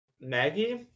Maggie